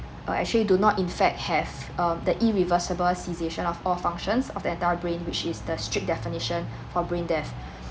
uh actually do not in fact have uh the irreversible cessation of all functions of the entire brain which is the strict definition of brain death